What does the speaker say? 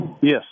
Yes